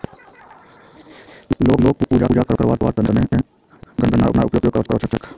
लोग पूजा करवार त न गननार उपयोग कर छेक